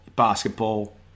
Basketball